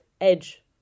edge